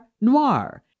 noir